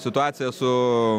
situacija su